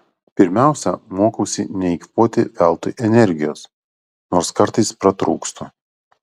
pirmiausia mokausi neeikvoti veltui energijos nors kartais pratrūkstu